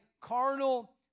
carnal